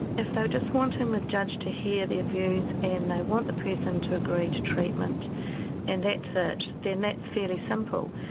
if they are just wanting the judge to hear their views and they want the person to agree to treatment and that's it, then that's fairly simple.